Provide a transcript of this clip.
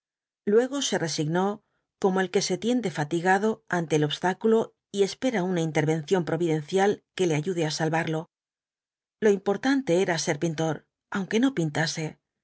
luego se resignó como el que se tiende fatigado ante el obstáculo y espera una intervención providencial que le ayude á salvarlo lo importante era ser pintor aunque no pintase